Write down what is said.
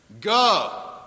Go